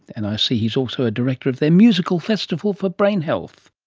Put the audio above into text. and i see he is also a director of their musical festival for brain health